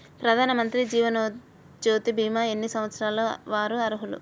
ప్రధానమంత్రి జీవనజ్యోతి భీమా ఎన్ని సంవత్సరాల వారు అర్హులు?